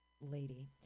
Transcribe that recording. lady